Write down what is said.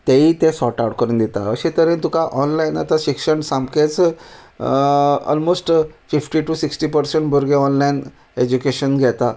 तेंय ते सॉट आवट करून दिता अशे तरेन तुका ऑनलायन आतां शिक्षण सामकेंच almost fifty to sixty percent भुरगे ऑनलायन एजुकेशन घेता